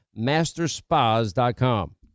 masterspas.com